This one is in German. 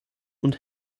und